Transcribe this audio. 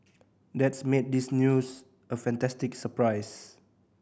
that's made this news a fantastic surprise